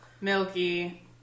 milky